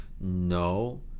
no